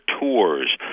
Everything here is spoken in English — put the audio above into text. tours